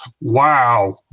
Wow